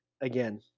again